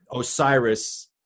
Osiris